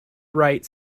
rite